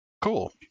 Cool